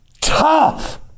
tough